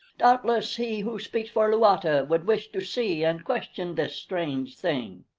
doubtless he who speaks for luata would wish to see and question this strange thing.